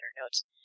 notes